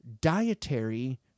dietary